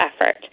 effort